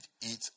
eat